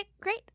great